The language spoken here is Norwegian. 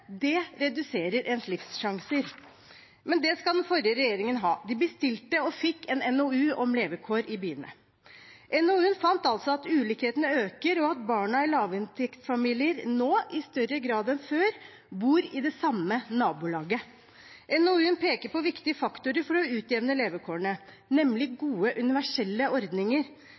reduserer ens livssjanser. Men det skal den forrige regjeringen ha: De bestilte og fikk en NOU om levekår i byene. NOU-en fant altså at ulikheten øker, og at barn i lavinntektsfamilier nå i større grad enn før bor i det samme nabolaget. NOU-en peker på viktige faktorer for å utjevne levekårene, nemlig gode universelle ordninger: